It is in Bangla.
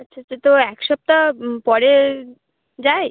আচ্ছা আচ্ছা তো এক সপ্তাহ পরে যাই